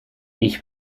ich